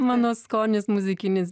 mano skonis muzikinis